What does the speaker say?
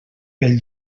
pel